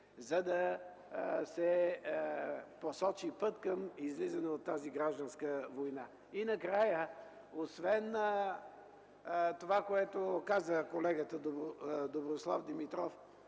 за да се посочи път към излизане от тази гражданска война. Накрая, освен казаното от колегата Доброслав Димитров